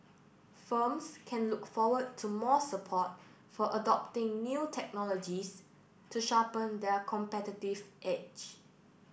firms can look forward to more support for adopting new technologies to sharpen their competitive edge